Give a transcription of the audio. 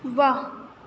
واہ